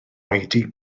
oedi